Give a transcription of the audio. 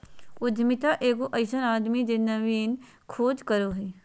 उद्यमिता एगो अइसन आदमी जे नवीन खोज करो हइ